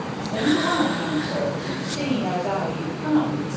same time, young sir, seeing has ow you've come